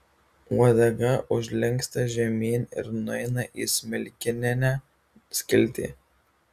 uodega užlinksta žemyn ir nueina į smilkininę skiltį